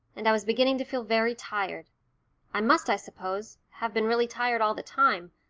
and i was beginning to feel very tired i must, i suppose, have been really tired all the time,